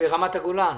ורמת הגולן.